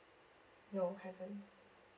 no haven't